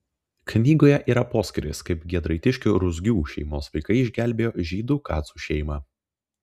knygoje yra poskyris kaip giedraitiškių ruzgių šeimos vaikai išgelbėjo žydų kacų šeimą